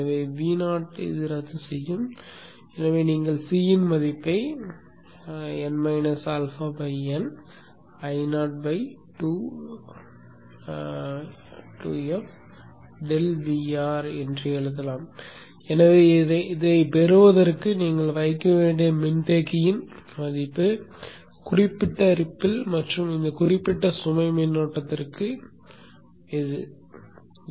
எனவே Vo ரத்துசெய்யும் எனவே நீங்கள் C இன் மதிப்பை ᴨ αᴨ Io 2f∆Vr என எழுதலாம் எனவே இதைப் பெறுவதற்கு நீங்கள் வைக்க வேண்டிய மின்தேக்கியின் மதிப்பு குறிப்பிட்ட ரிப்பில் மற்றும் இந்த குறிப்பிட்ட சுமை மின்னோட்டத்திற்கு இதுதான்